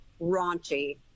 raunchy